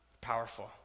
powerful